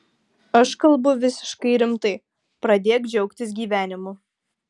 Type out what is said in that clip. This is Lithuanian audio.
aš kalbu visiškai rimtai pradėk džiaugtis gyvenimu